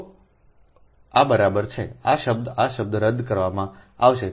તો આ બરાબર છેઆ શબ્દ આ શબ્દ રદ કરવામાં આવશે